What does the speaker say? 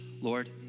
Lord